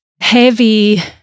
heavy